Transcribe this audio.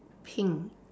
pink